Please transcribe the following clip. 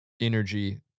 energy